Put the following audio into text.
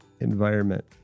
environment